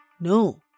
No